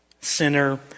sinner